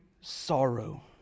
sorrow